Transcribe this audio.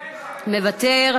גברתי היושבת-ראש, מוותר.